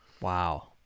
wow